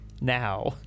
Now